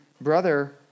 brother